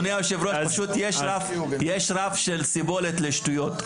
אדוני היושב ראש, פשוט יש רף של סיבולת לשטויות.